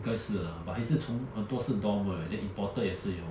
应该是啦 but 也是从很多是 dorm 的 then imported 也是有